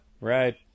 right